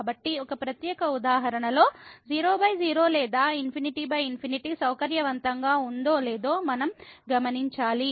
కాబట్టి ఒక ప్రత్యేక ఉదాహరణలో 00లేదా ∞∞ సౌకర్యవంతంగా ఉందో లేదో మనం గమనించాలి